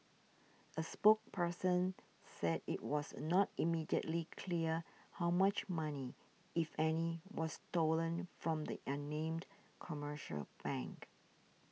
a spokesperson said it was not immediately clear how much money if any was stolen from the unnamed commercial bank